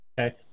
okay